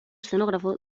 escenógrafo